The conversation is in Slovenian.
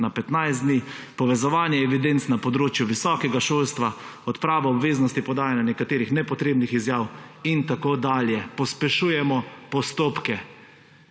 na 15 dni, povezovanje evidenc na področju visokega šolstva, odprava obveznosti podajanja nekaterih nepotrebnih izjav in tako dalje. Pospešujemo postopke.